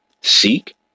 Seek